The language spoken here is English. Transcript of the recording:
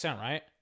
right